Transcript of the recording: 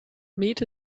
meat